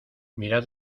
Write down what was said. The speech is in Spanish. mirad